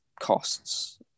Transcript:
costs